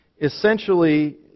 essentially